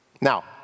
Now